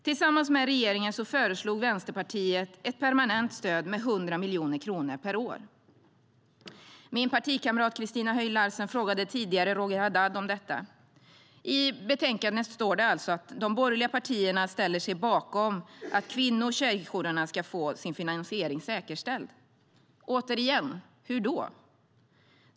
Tillsammans med regeringen har Vänsterpartiet föreslagit ett permanent stöd med 100 miljoner kronor per år. Min partikamrat Christina Höj Larsen frågade tidigare Roger Haddad om detta. I betänkandet står alltså att de borgerliga partierna ställer sig bakom att kvinno och tjejjourerna ska få sin finansiering säkerställd. Återigen: Hur då?